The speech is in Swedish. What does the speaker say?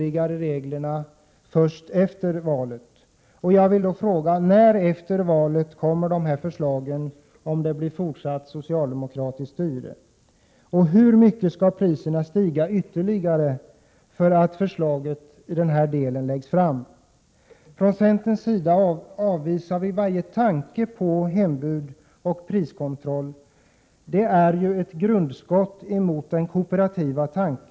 Jag vill då fråga: Om det blir fortsatt socialdemokratiskt styre efter valet, när kommer i så fall dessa förslag att framläggas? Hur mycket ytterligare skall priserna stiga innan ett förslag i denna del läggs fram? Vi i centern avvisar varje tanke på hembud och priskontroll, eftersom det är som att skjuta ett grundskott mot den kooperativa idén.